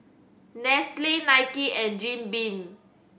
Nestle Nike and Jim Beam